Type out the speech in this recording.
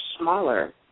smaller